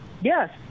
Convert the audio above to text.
yes